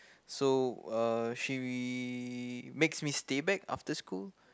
so uh she makes me stay back after school